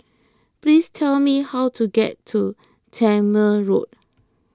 please tell me how to get to Tangmere Road